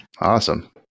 Awesome